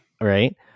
Right